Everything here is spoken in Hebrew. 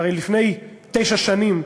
הרי לפני תשע שנים,